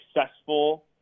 successful